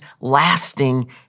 lasting